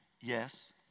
Yes